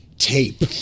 tape